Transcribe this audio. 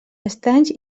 estanys